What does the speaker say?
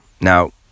now